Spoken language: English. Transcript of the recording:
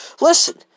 Listen